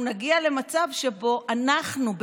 אנחנו נגיע למצב שבו אנחנו,